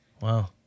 Wow